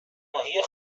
ماهی